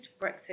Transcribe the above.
Brexit